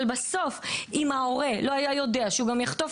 אבל בסוף אם ההורה לא היה יודע שהוא יחטוף